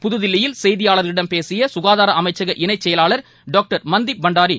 புதுதில்லியில் செய்தியாளர்களிடம் பேசிய சுகாதார அமைச்சக இணைச் செயலாளர் டாக்டர் மன்தீப் பண்டாரி